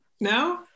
No